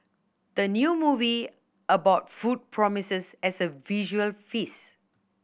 the new movie about food promises as a visual feast